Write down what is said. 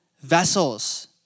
vessels